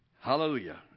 Hallelujah